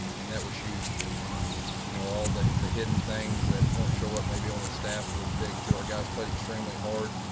and that was huge. and and, you know, all the the hidden things that don't show up maybe on the staff was big to our guys played extremely hard.